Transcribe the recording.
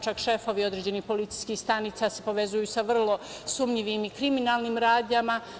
Čak šefovi određenih policijskih stanica se povezuju sa vrlo sumnjivim i kriminalnim radnjama.